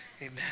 Amen